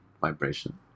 vibration